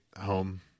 home